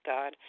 God